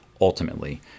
ultimately